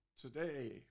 today